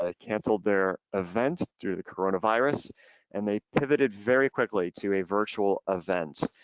ah canceled their events due to coronavirus and they pivoted very quickly to a virtual events.